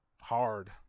hard